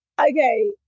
Okay